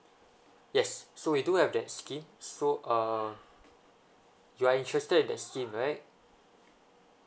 yes so we do have that scheme so uh you are interested in that scheme right